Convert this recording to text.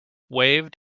waved